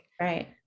Right